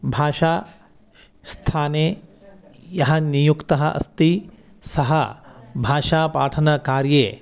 भाषास्थाने यः नियुक्तः अस्ति सः भाषापाठनकार्ये